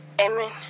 Amen